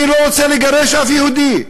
אני לא רוצה לגרש אף יהודי.